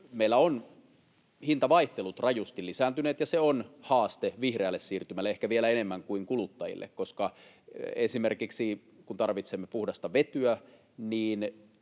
meillä ovat hintavaihtelut rajusti lisääntyneet. Se on haaste vihreälle siirtymälle, ehkä vielä enemmän kuin kuluttajille, koska esimerkiksi kun tarvitsemme puhdasta vetyä,